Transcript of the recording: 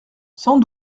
cent